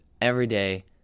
everyday